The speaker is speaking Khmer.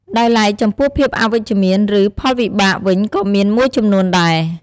ដោយឡែកចំពោះភាពអវិជ្ជមាន ឬ ផលវិបាកវិញក៏មានមួយចំនួនដែរ។